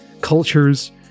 cultures